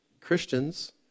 Christians